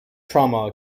trauma